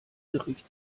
gericht